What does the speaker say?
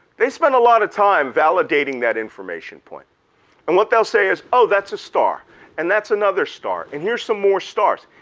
they spend a lot of time validating that information point and what they'll say is oh, that's a star and that's another star and here's some more stars.